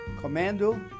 commando